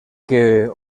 que